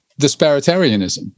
disparitarianism